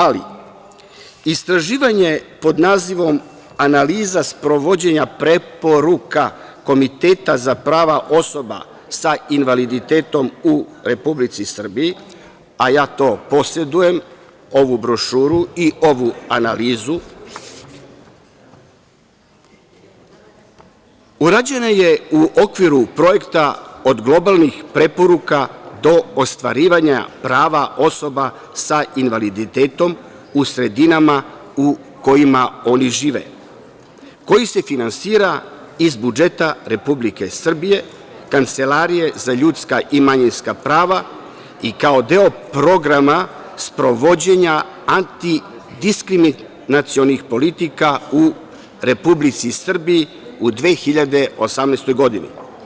Ali, istraživanje pod nazivom „Analiza sprovođenja preporuka Komiteta za prava osoba sa invaliditetom u Republici Srbiji“, a ja to posedujem, ovu brošuru i ovu analizu, urađena je u okviru projekta od globalnih preporuka do ostvarivanja prava osoba sa invaliditetom u sredinama u kojima oni žive, koji se finansira iz budžeta Republike Srbije, Kancelarije za ljudska i manjinska prava i kao deo programa sprovođenja antidiskriminacionih politika u Republici Srbiji u 2018. godini.